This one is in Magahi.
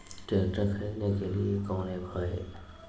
ट्रैक्टर खरीदने के लिए कौन ऐप्स हाय?